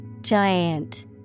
Giant